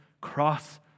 cross